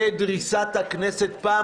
זו דריסת הכנסת פעם,